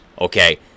Okay